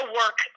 work